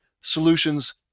solutions